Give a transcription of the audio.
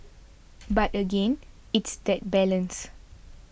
but again it's that balance